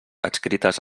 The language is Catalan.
adscrites